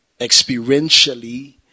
experientially